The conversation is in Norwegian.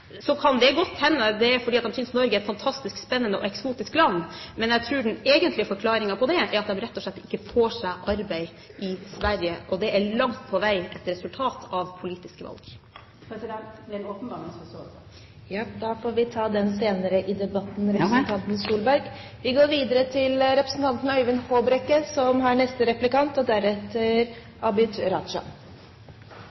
kan det godt hende det er fordi de synes Norge er et fantastisk spennende og eksotisk land, men jeg tror den egentlige forklaringen er at de rett og slett ikke får seg arbeid i Sverige. Og det er langt på vei et resultat av politiske valg. President! Det er en åpenbar misforståelse. Ja, da får vi ta den senere i debatten.